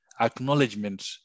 acknowledgement